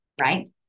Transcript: right